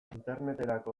interneterako